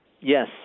Yes